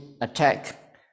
attack